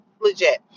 Legit